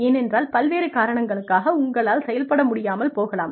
ஏனென்றால் பல்வேறு காரணங்களுக்காக உங்களால் செயல்பட முடியாமல் போகலாம்